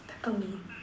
Peppermint